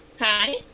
Hi